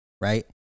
right